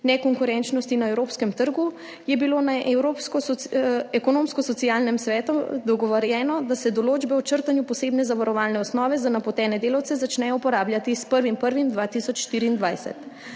nekonkurenčnosti na evropskem trgu, je bilo na Ekonomsko-socialnem svetu dogovorjeno, da se določbe o črtanju posebne zavarovalne osnove za napotene delavce začnejo uporabljati s 1. 1. 2024.